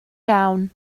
iawn